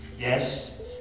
yes